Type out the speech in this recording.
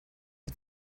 but